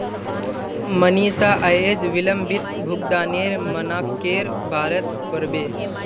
मनीषा अयेज विलंबित भुगतानेर मनाक्केर बारेत पढ़बे